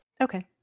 Okay